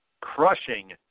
crushing